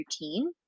routine